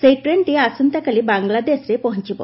ସେହି ଟ୍ରେନଟି ଆସନ୍ତାକାଲି ବାଂଲାଦେଶରେ ପହଞ୍ଚୁବ